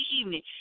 evening